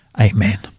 Amen